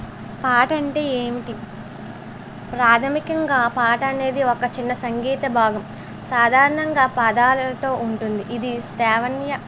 పాట అంటే ఏమిటి ప్రాధమికంగా పాట అనేది ఒక చిన్న సంగీత భాగం సాధారణంగా పాదాలతో ఉంటుంది ఇది శ్రావణీయ